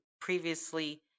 previously